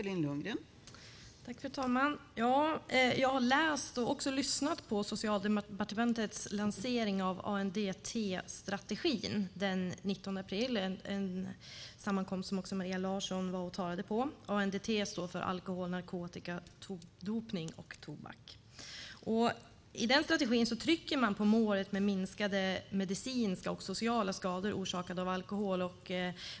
Fru talman! Jag har läst och lyssnat på Socialdepartementets lansering av ANDT-strategin den 19 april, en sammankomst som också Maria Larsson var och talade på. ANDT står för alkohol, narkotika, dopning och tobak. I den strategin trycker man på målet om minskade medicinska och sociala skador orsakade av alkohol.